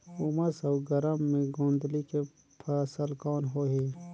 उमस अउ गरम मे गोंदली के फसल कौन होही?